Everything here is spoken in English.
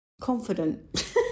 Confident